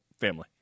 family